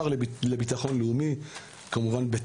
השילוב הזה של שוטר ופקח בא לידי ביטוי כבר בקורס.